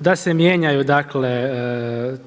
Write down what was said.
da se mijenjaju dakle